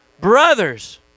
Brothers